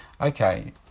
okay